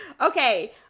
Okay